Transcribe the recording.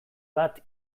bat